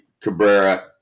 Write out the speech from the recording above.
Cabrera